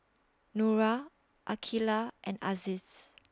Nura Aqilah and Aziz